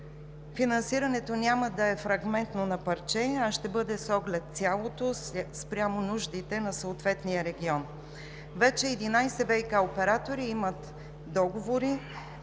Финансирането няма да е фрагментно на парче, а ще бъде с оглед цялото, спрямо нуждите на съответния регион. Вече 11 ВиК оператора имат договори